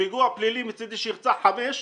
פיגוע פלילי מצידי שירצח חמישה,